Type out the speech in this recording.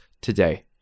today